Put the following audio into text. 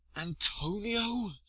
antonio!